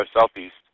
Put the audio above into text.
Southeast